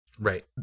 right